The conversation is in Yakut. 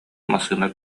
массыына